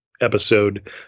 episode